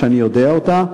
אף-על-פי שאני יודע אותה,